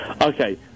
Okay